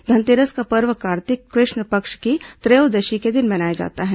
धनतेरस का पर्व कार्तिक कृष्ण पक्ष की त्रयोदशी के दिन मनाया जाता है